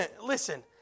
Listen